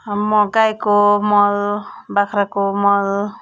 हम गाईको मल बाख्राको मल